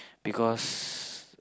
because